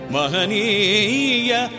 Mahaniya